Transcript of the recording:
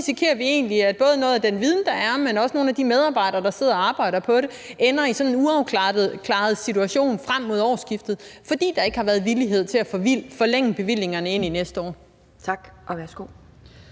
at både noget af den viden, der er, men også nogle af de medarbejdere, der sidder og arbejder på det, ender i sådan en uafklaret situation frem mod årsskiftet, fordi der ikke har været villighed til at forlænge bevillingerne ind i næste år. Kl.